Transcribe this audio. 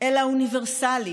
אלא אוניברסלי